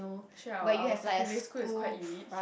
actually our our secondary school is quite elite